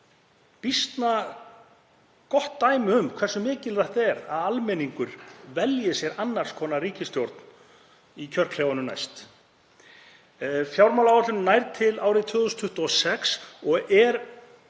býsna gott dæmi um hversu mikilvægt það er að almenningur velji sér annars konar ríkisstjórn í kjörklefanum næst. Fjármálaáætlunin nær til ársins 2026 og er